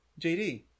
JD